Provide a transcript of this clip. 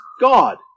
God